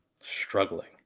struggling